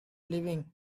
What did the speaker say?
living